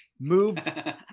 moved